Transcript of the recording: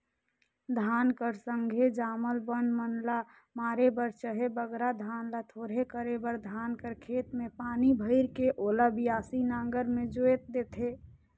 धान कर संघे जामल बन मन ल मारे बर चहे बगरा धान ल थोरहे करे बर धान कर खेत मे पानी भइर के ओला बियासी नांगर मे जोएत देथे